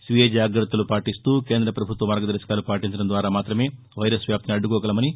స్వీయ జాగ్రత్తలు పాటిస్తూ కేంద్ర ప్రభుత్వ మార్గదర్భకాలు పాటించడం ద్వారా మాత్రమే వైరస్ వ్యాప్తిని అడ్డుకోగలమని